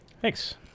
Thanks